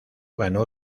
ganó